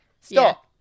stop